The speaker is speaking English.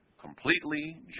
completely